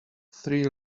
three